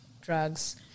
drugs